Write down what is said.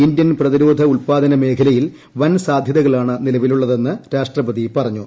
Indian പ്രതിരോധ ഉൽപ്പാദന മേഖലയിൽ വൻ സാധ്യതകളാണ് നിലവിലുള്ളതെന്ന് രാഷ്ട്രപതി പറഞ്ഞു